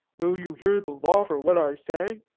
will you hear the law for what i say?